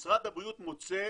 משרד הבריאות מוצא